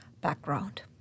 background